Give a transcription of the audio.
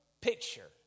picture